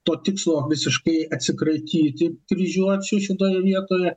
to tikslo visiškai atsikratyti kryžiuočiai šitoje vietoje